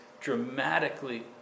dramatically